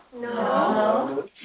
No